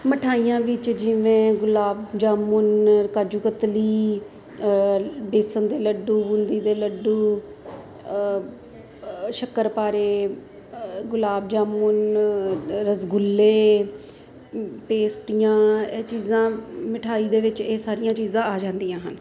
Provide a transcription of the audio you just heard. ਮਿਠਾਈਆਂ ਵਿੱਚ ਜਿਵੇਂ ਗੁਲਾਬ ਜਾਮੁਨ ਕਾਜੂਕਤਲੀ ਬੇਸਨ ਦੇ ਲੱਡੂ ਬੁੰਦੀ ਦੇ ਲੱਡੂ ਸ਼ੱਕਰ ਪਾਰੇ ਗੁਲਾਬ ਜਾਮੁਨ ਰਸਗੁੱਲੇ ਪੇਸਟੀਆਂ ਇਹ ਚੀਜ਼ਾਂ ਮਿਠਾਈ ਦੇ ਵਿੱਚ ਇਹ ਸਾਰੀਆਂ ਚੀਜ਼ਾਂ ਆ ਜਾਂਦੀਆਂ ਹਨ